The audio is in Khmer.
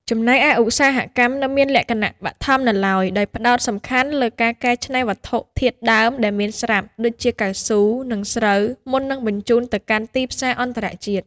ចំណែកឯឧស្សាហកម្មនៅមានលក្ខណៈបឋមនៅឡើយ ដោយផ្តោតសំខាន់លើការកែច្នៃវត្ថុធាតុដើមដែលមានស្រាប់ ដូចជាកៅស៊ូ និងស្រូវ មុននឹងបញ្ជូនទៅកាន់ទីផ្សារអន្តរជាតិ។